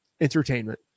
entertainment